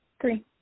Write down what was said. Three